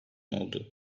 oldu